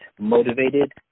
motivated